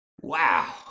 wow